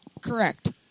Correct